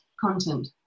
content